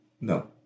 No